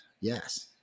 Yes